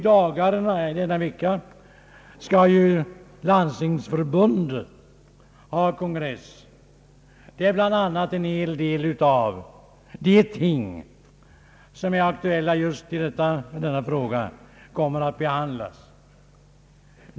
Denna vecka skall landstingsförbundet hålla kongress, och där kommer en hel del av de ting som är aktuella just i denna fråga att behandlas.